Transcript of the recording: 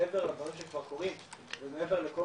מעבר לדברים שכבר קורים ומעבר לכל